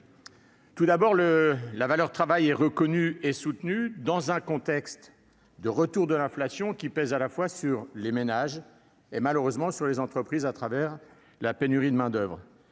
publics. La valeur travail est reconnue et soutenue, dans un contexte de retour de l'inflation qui pèse à la fois sur les ménages et, malheureusement, sur les entreprises, au travers d'une pénurie de main-d'oeuvre.